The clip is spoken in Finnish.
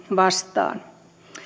vastaan